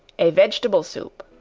a vegetable soup.